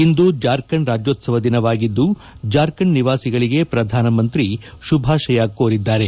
ಇಂದು ಜಾರ್ಖಂಡ್ ರಾಜ್ಯೋತ್ಸವ ದಿನವಾಗಿದ್ದು ಜಾರ್ಖಂಡ್ ನಿವಾಸಿಗಳಿಗೆ ಪ್ರಧಾನ ಮಂತ್ರಿ ಶುಭಾಶಯ ಕೋರಿದ್ದಾರೆ